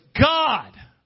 God